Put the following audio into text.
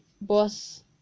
boss